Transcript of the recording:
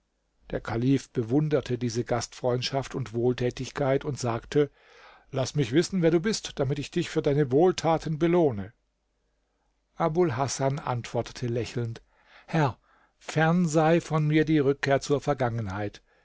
der kalif bewunderte diese gastfreundschaft und wohltätigkeit und sagte laß mich wissen wer du bist damit ich dich für deine wohltaten belohne abul hasan antwortete lächelnd herr fern sei von mir die rückkehr zur vergangenheit